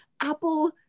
Apple